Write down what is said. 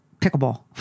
pickleball